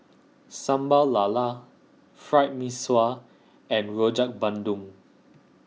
Sambal Lala Fried Mee Sua and Rojak Bandung